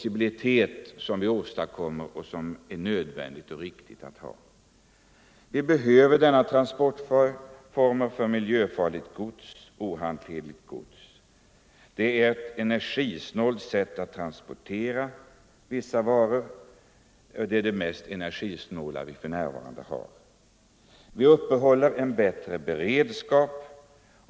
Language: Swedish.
Genom att använda tonnaget åstadkommer vi däremot en flexibilitet som är nödvändig och riktig. Vi behöver denna transportform för miljöfarligt gods och ohanterligt gods. Det är ett energisnålt sätt att transportera vissa varor — det mest energisnåla vi för närvarande har. Vidare upprätthåller vi en bättre beredskap.